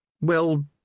Well